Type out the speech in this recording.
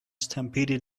stampeded